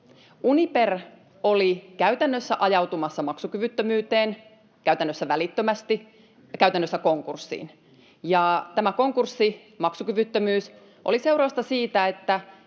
Uniper oli käytännössä ajautumassa maksukyvyttömyyteen, käytännössä välittömästi, käytännössä konkurssiin. Ja tämä konkurssi, maksukyvyttömyys, oli seurausta siitä, että